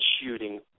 shooting